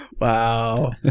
Wow